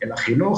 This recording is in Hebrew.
אלא חינוך,